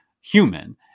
human